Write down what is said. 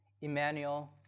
Emmanuel